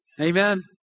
Amen